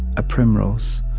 a primrose,